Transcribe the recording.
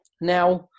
Now